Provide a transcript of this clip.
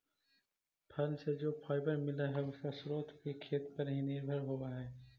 फल से जो फाइबर मिला हई, उसका स्रोत भी खेत पर ही निर्भर होवे हई